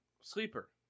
Sleeper